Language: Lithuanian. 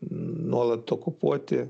nuolat okupuoti